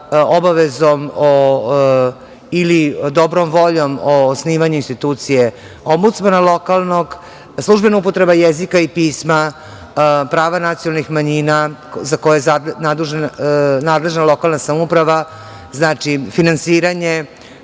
obavezom ili dobrom voljom o osnivanju institucije ombudsmana lokalnog, službena upotreba jezika i pisma, prava nacionalnih manjina za koje je nadležna lokalna samouprava. Znači, finansiranje